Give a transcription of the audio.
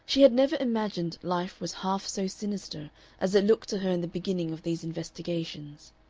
she had never imagined life was half so sinister as it looked to her in the beginning of these investigations.